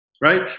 right